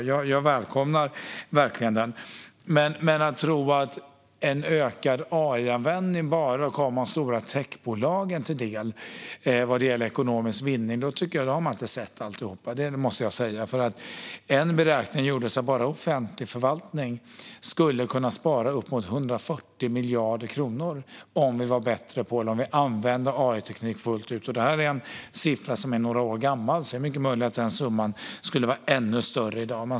Jag välkomnar verkligen detta. Men om man tror att en ökad AI-användning bara kommer de stora techbolagen till del vad gäller ekonomisk vinning har man inte sett alltihop; det måste jag säga. En beräkning har gjorts som visar att bara offentlig förvaltning skulle kunna spara uppemot 140 miljarder kronor om vi var bättre på att använda AI-teknik fullt ut. Det här är en siffra som är några år gammal, så det är mycket möjligt att summan skulle vara ännu högre i dag.